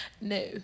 No